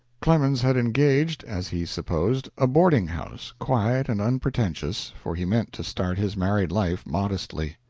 clemens had engaged, as he supposed, a boarding-house, quiet and unpretentious, for he meant to start his married life modestly.